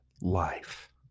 life